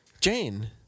Jane